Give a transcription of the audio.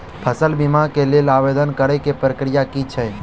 फसल बीमा केँ लेल आवेदन करै केँ प्रक्रिया की छै?